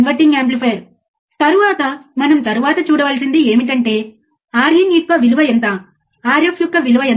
input సిగ్నల్ను output ఎంత వేగంగా అనుసరించగలదో అర్థం చేసుకోవడానికి ఇది మాకు సహాయపడుతుంది